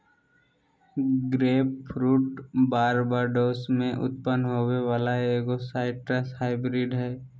grapefruit Barbados में उत्पन्न होबो वला एगो साइट्रस हाइब्रिड हइ